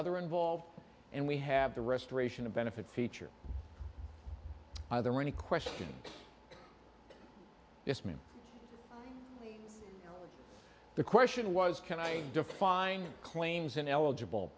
other involved and we have the restoration of benefit feature are there any question it's me the question was can i define claims and eligible